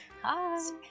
Hi